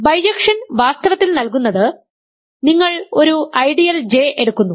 bijection വാസ്തവത്തിൽ നൽകുന്നത് നിങ്ങൾ ഒരു ഐഡിയൽ J എടുക്കുന്നു